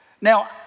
Now